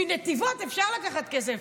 מנתיבות אפשר לקחת כסף,